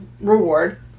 reward